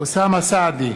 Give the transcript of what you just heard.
אוסאמה סעדי,